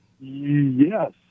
Yes